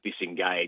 disengaged